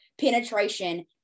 penetration